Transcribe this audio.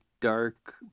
dark